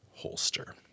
holster